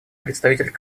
представитель